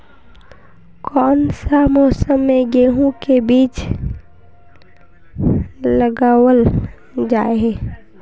कोन सा मौसम में गेंहू के बीज लगावल जाय है